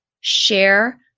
share